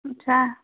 সঁচা